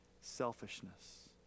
selfishness